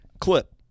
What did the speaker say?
clip